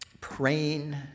praying